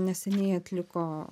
neseniai atliko